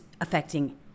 affecting